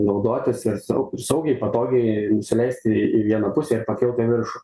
naudotis ir sau saugiai patogiai nusileisti į vieną pusę ir pakilt į viršų